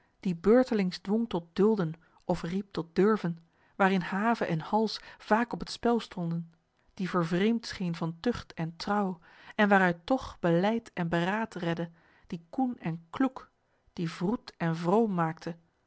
die beurtelings dwong tot dulden of riep tot durven waarin have en hals vaak op het spel stonden die vervreemd scheen van tucht en trouw en waaruit toch beleid en beraad redde die koen en kloek die vroed en vroom maakte